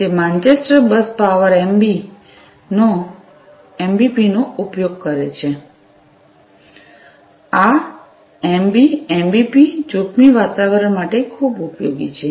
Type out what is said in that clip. તે Manchester bus power એમબીપીનો ઉપયોગ કરે છે આ એમબી એમબીપી જોખમી વાતાવરણ માટે ખૂબ ઉપયોગી છે